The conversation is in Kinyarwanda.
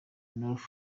north